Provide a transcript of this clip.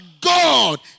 God